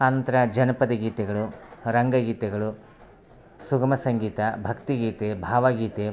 ಆ ನಂತರ ಜನಪದ ಗೀತೆಗಳು ರಂಗ ಗೀತೆಗಳು ಸುಗಮ ಸಂಗೀತ ಭಕ್ತಿ ಗೀತೆ ಭಾವ ಗೀತೆ